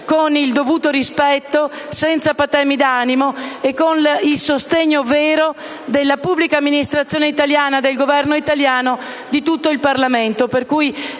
con il dovuto rispetto, senza patemi d'animo e con il sostegno vero della pubblica amministrazione italiana, del Governo italiano e di tutto il Parlamento.